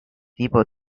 tipo